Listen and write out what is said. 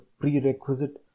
prerequisite